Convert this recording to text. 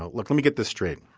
ah look, let me get this straight.